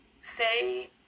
say